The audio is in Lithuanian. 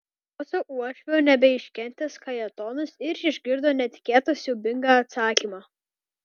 klausia uošvio nebeiškentęs kajetonas ir išgirdo netikėtą siaubingą atsakymą